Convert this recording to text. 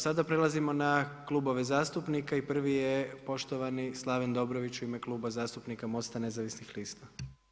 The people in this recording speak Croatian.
Sada prelazimo na klubove zastupnika i prvi je poštovani Slaven Dobrović u ime Kluba zastupnika MOST-a Nezavisnih lista.